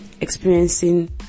experiencing